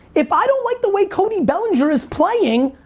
if i don't like the way cody bellinger is playing,